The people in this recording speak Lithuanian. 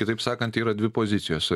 kitaip sakant yra dvi pozicijos